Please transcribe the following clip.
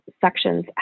sections